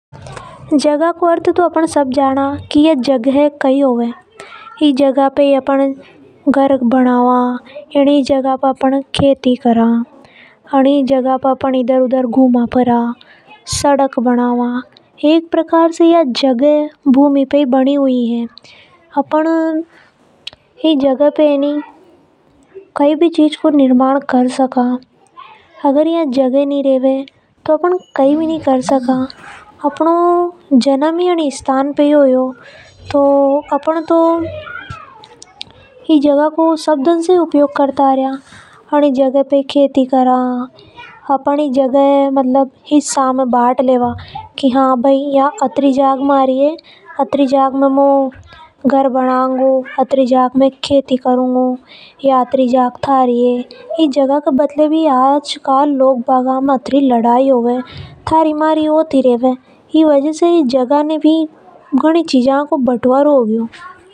जगह को अर्थ तो अपन अब जाना ही है इको अर्थ होवे स्थान ऐनी स्थान पर अपन घर बनावा। ऐनी जगह पे अपन खेती करा ,यही अपन गुमा फरा सड़क बनावा एक प्रकार से अपन इने भूमि भी केवा है। अपन ई जगह पे कई भी चीज को निर्माण कर सका। अगर या जगह नि रेवे तो अपन कई भी नि कर सका। अपनो जन्म ही ई स्थान पे होया तो अपन सब दन ई जगह को उपयोग करा। जगह को अपन हिस्सा में बाट लेवा।